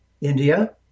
India